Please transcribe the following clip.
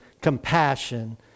compassion